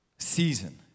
season